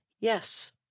Yes